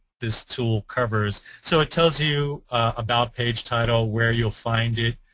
this tool covers so it tells you about page title, where you'll find it,